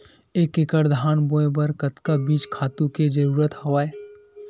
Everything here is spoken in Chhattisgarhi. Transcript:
एक एकड़ धान बोय बर कतका बीज खातु के जरूरत हवय?